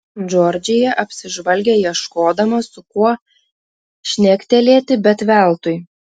džordžija apsižvalgė ieškodama su kuo šnektelėti bet veltui